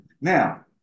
Now